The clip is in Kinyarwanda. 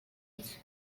iki